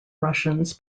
russians